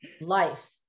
life